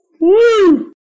woo